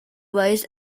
wise